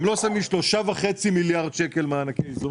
הם לא שמים שלושה וחצי מיליארד שקלים מענקי איזון,